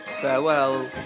Farewell